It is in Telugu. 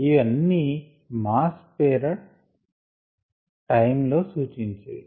ఇది అన్ని మాస్ పేర టైం లో సూచించిరి